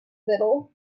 little